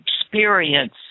experience